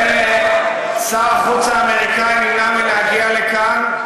שר החוץ האמריקני נמנע מלהגיע לכאן.